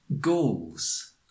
Goals